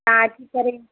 तव्हां अची करे